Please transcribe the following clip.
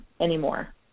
anymore